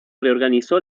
reorganizó